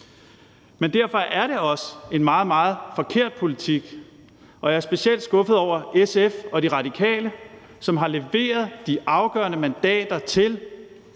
er derfor også en meget, meget forkert politik, og jeg er specielt skuffet over SF og De Radikale, som har leveret de afgørende mandater til